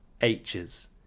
H's